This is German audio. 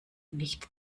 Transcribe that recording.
nicht